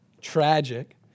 tragic